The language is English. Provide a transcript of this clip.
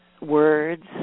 words